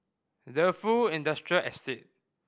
Defu Industrial Estate